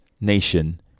nation